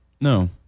No